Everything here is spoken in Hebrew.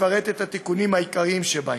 אפרט את התיקונים העיקריים שבהם: